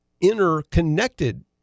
interconnected